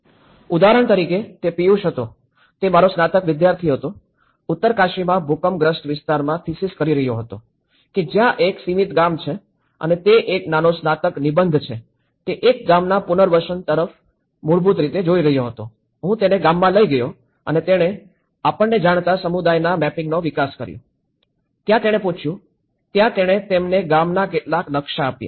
ઉદાહરણ તરીકે તે પિયુષ હતો તે મારો સ્નાતક વિદ્યાર્થી હતો ઉત્તરકાશીમાં ભૂકંપગ્રસ્ત વિસ્તારમાં થિસિસ કરી રહ્યો હતો કે જ્યાં એક સીમિત ગામ છે અને તે એક નાનો સ્નાતક નિબંધ છે તે એક ગામના પુનર્વસન તરફ મૂળભૂત રીતે જોઈ રહ્યો હતો હું તેને ગામમાં લઈ ગયો અને તેણે આપણને જાણતા સમુદાયના મેપિંગનો વિકાસ કર્યો ત્યાં તેણે પૂછ્યું ત્યાં તેણે તેમને ગામના કેટલાક નકશા આપ્યા